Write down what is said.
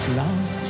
love